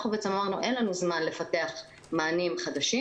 אמרנו שאין לנו זמן לפתח מענה חדש,